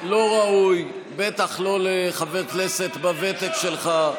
מכובד, לא ראוי, בטח לא לחבר כנסת בוותק שלך.